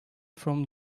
from